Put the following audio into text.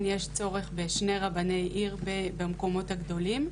יש צורך בשני רבני עיר במקומות הגדולים.